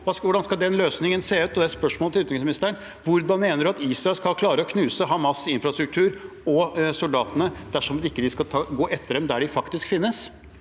hvordan skal den løsningen se ut? Dette er et spørsmål til utenriksministeren: Hvordan mener han at Israel skal klare å knuse Hamas’ infrastruktur og soldatene dersom de ikke skal gå etter dem der de faktisk finnes?